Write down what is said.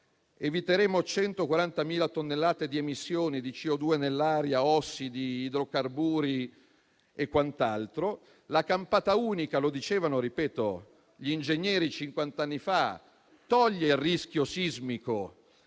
eviteremo 140.000 tonnellate di emissioni di CO2 nell'aria, ossidi, idrocarburi e quant'altro. La campata unica, come dicevano gli ingegneri cinquanta anni fa - lo ripeto - elimina il rischio sismico